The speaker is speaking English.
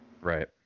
right